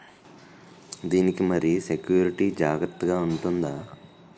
దీని కి మరి సెక్యూరిటీ జాగ్రత్తగా ఉంటుందా?